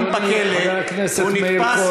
למחבלים בכלא, חבר הכנסת מאיר כהן.